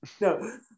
no